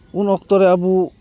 ᱩᱱ ᱚᱠᱛᱚ ᱨᱮ ᱟᱵᱚ